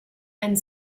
and